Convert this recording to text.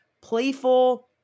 playful